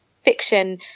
Fiction